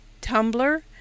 Tumblr